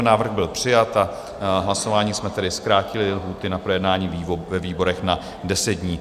Návrh byl přijat a hlasováním jsme tedy zkrátili lhůty na projednání ve výborech na 10 dní.